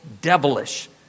devilish